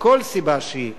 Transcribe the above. מכל סיבה שהיא,